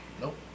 Nope